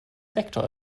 rektor